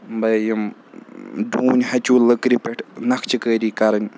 بیٚیہِ یِم ڈوٗنۍ ہَچوٗ لٔکرِ پٮ۪ٹھ نَکھچہٕ کٲری کَرٕنۍ